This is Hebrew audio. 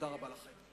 תודה רבה לכם.